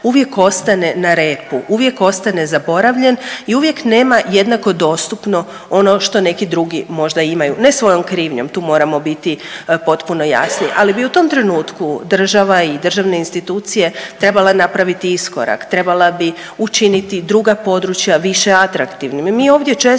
uvijek ostane na repu, uvijek ostane zaboravljen i uvijek nema jednako dostupno ono što neki drugi možda imaju. Ne svojom krivnjom tu moramo biti potpuno jasni, ali bi u tom trenutku država i državne institucije trebale napraviti iskorak. Trebale bi učiniti druga područja više atraktivnim.